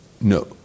No